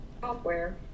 software